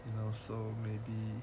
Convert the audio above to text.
and also maybe